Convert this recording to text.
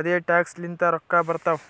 ಅದೆ ಟ್ಯಾಕ್ಸ್ ಲಿಂತ ರೊಕ್ಕಾ ಬರ್ತಾವ್